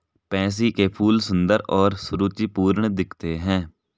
pansy के फूल सुंदर और सुरुचिपूर्ण दिखते हैं